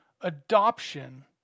adoption